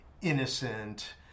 innocent